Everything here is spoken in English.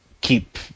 keep